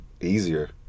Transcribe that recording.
easier